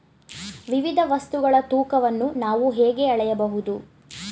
ವಿವಿಧ ವಸ್ತುಗಳ ತೂಕವನ್ನು ನಾವು ಹೇಗೆ ಅಳೆಯಬಹುದು?